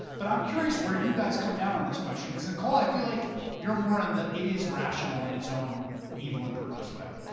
but i'm curious where you guys come down on this question because, nikole, i feel like you're more on the, it is rational in its own evil evil and perverse way?